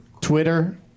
Twitter